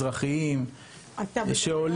גם קהילות ספרדיות וגם לא ספרדיות --- תוכל